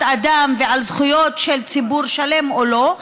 אדם ועל זכויות של ציבור שלם או לא.